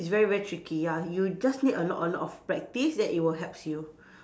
it's very very tricky ya you just need a lot a lot of practice then it will helps you